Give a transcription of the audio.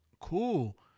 Cool